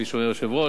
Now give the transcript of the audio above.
כפי שאומר היושב-ראש,